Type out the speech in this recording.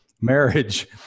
marriage